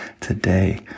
today